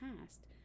past